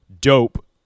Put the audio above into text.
dope